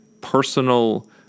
personal